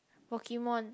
Pokemon